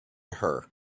her